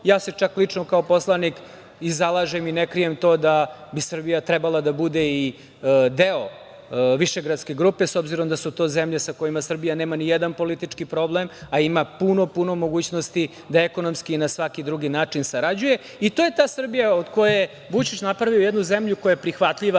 ja se čak lično kao poslanik i zalažem i ne krijem to da bi Srbija trebala da bude i deo Višegradske grupe, s obzirom da su to zemlje sa kojima Srbija nema nijedan politički problem, a ima puno, puno mogućnosti da ekonomski i na svaki drugi način sarađuje. To je ta Srbija od koje je Vučić napravio jednu zemlju koja je prihvatljiva